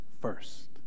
first